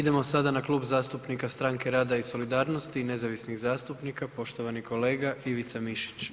Idemo sada na Klub zastupnika Stranke rada i solidarnosti i nezavisnih zastupnika, poštovani kolega Ivica Mišić.